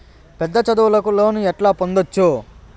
పెద్ద చదువులకు లోను ఎట్లా పొందొచ్చు